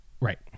Right